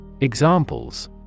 Examples